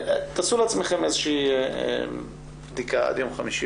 תעשו לעצמכם איזושהי בדיקה עד יום חמישי